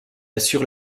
assure